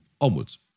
onwards